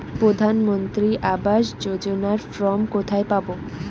প্রধান মন্ত্রী আবাস যোজনার ফর্ম কোথায় পাব?